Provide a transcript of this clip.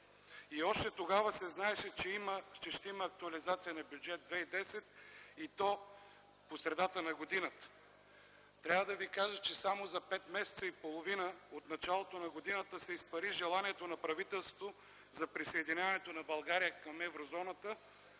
и още тогава се знаеше, че ще има актуализация на Бюджет 2010 и то по средата на годината. Трябва да ви кажа, че само за пет месеца и половина от началото на годината се изпари желанието на правителството за присъединяването на България към Еврозоната